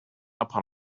upon